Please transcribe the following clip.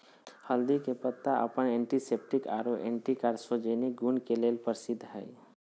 हल्दी के पत्ता अपन एंटीसेप्टिक आरो एंटी कार्सिनोजेनिक गुण के लेल प्रसिद्ध हई